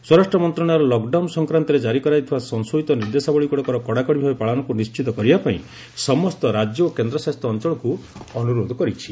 ସ୍ୱରାଷ୍ଟ୍ ମନ୍ତ୍ରଣାଳୟ ଲକ୍ଡାଉନ ସଂକ୍ରାନ୍ତରେ ଜାରି କରାଯାଇଥିବା ସଂଶୋଧିତ ନିର୍ଦ୍ଦେଶାବଳୀଗୁଡ଼ିକର କଡ଼ାକଡ଼ି ଭାବେ ପାଳନକୁ ନିଶ୍ଚିତ କରିବା ପାଇଁ ସମସ୍ତ ରାଜ୍ୟ ଓ କେନ୍ଦ୍ର ଶାସିତ ଅଞ୍ଚଳକୁ ଅନୁରୋଧ କରିଛି